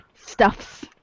stuffs